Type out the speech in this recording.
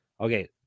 Okay